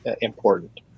important